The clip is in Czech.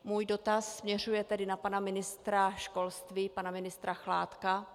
Můj dotaz směřuje tedy na pana ministra školství, pana ministra Chládka.